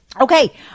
Okay